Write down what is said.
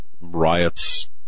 riots